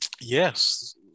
yes